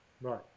Right